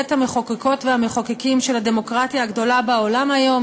בית המחוקקות והמחוקקים של הדמוקרטיה הגדולה בעולם היום,